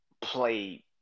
play –